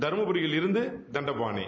தர்மபுரியிலிருந்து Dandapani